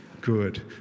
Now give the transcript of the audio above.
good